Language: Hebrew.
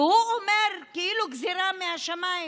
והוא אומר, כאילו גזרה מהשמיים,